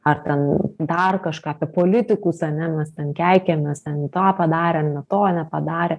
ar ten dar kažką apie politikus ane mes ten keikiamės ten tą padarė to nepadarė